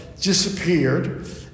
disappeared